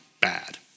bad